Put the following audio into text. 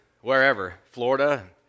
wherever—Florida